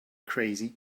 crazy